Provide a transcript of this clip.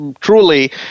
truly